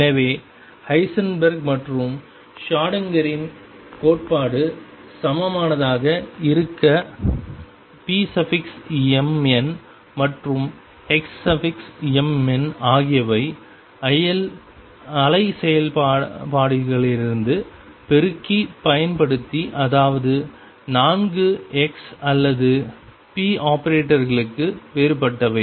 எனவே Heisenberg Heisenberg's மற்றும் ஷ்ரோடிங்கரின் Schrodinger's கோட்பாடு சமமானதாக இருக்க pmn மற்றும் xmn ஆகியவை அலை செயல்பாடுகளிலிருந்து பெருக்கி பயன்படுத்தி அதாவது நான்கு x அல்லது p ஆபரேட்டர்களுக்கு வேறுபட்டவை